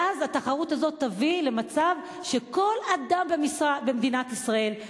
ואז התחרות הזאת תביא למצב שכל אדם במדינת ישראל,